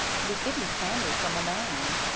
to be getting candy from a man!